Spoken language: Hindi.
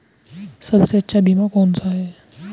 सबसे अच्छा बीमा कौन सा है?